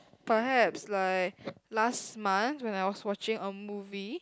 perhaps like last month when I was watching a movie